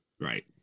Right